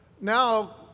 now